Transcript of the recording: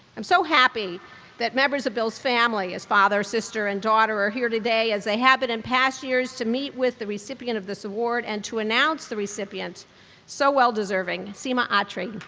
i'm so happy that members of bill's family, his father, sister, and daughter, are here today, as they have been in past years, to meet with the recipient of this award and to announce the recipient so well deserving, sima atri.